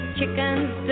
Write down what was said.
chicken's